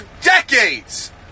decades